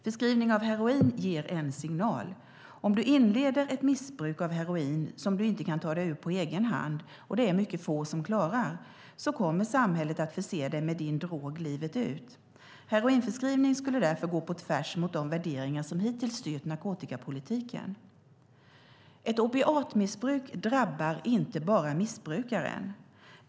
Förskrivning av heroin ger en signal: Om du inleder ett missbruk av heroin som du inte kan ta dig ur på egen hand - och det är mycket få som klarar det - kommer samhället att förse dig med din drog livet ut. Heroinförskrivning skulle därför gå på tvärs mot de värderingar som hittills styrt narkotikapolitiken. Ett opiatmissbruk drabbar inte bara missbrukaren.